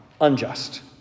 unjust